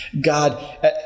God